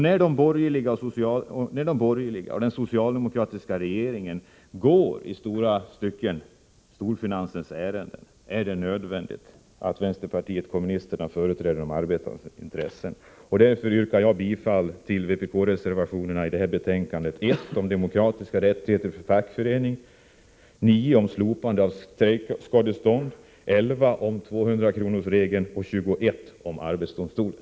När de borgerliga och den socialdemokratiska regeringen i stora stycken går storfinansens ärenden, är det nödvändigt att vänsterpartiet kommunisterna företräder de arbetandes intressen. Därför yrkar jag bifall till vpk-reservationerna 1 om demokratiska rättigheter för fackförening, 9 om slopande av strejkskadestånd, 11 om 200-kronorsregeln samt 21 om arbetsdomstolen.